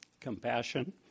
compassion